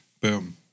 boom